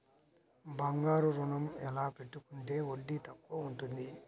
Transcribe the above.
బంగారు ఋణం ఎలా పెట్టుకుంటే వడ్డీ తక్కువ ఉంటుంది?